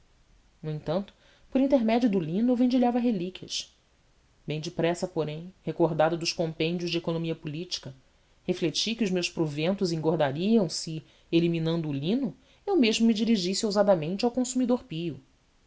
no entanto por intermédio do lino eu vendilhava relíquias bem depressa porém recordado dos compêndios de economia política refleti que os meus proventos engordariam se eliminando o lino eu mesmo me dirigisse ousadamente ao consumidor pio